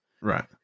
Right